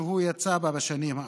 שהוא יצא בהן בשנים האחרונות.